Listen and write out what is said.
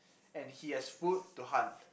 and he has food to hunt